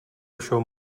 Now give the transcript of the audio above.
vašeho